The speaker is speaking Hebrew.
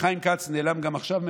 וחיים כץ נעלם גם עכשיו מהדיון,